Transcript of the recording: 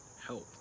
help